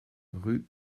rue